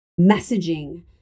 Messaging